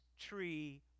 tree